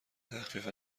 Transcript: تخفیف